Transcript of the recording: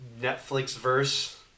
Netflix-verse